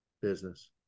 Business